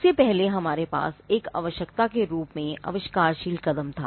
इससे पहले हमारे पास एक आवश्यकता के रूप में एक आविष्कारशील कदम था